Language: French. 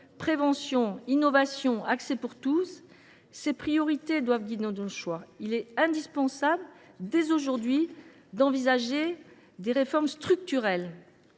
Prévention, innovation, accès pour tous : ces priorités doivent guider nos choix. Il est indispensable aujourd’hui d’envisager des réformes structurelles.